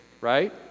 Right